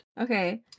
okay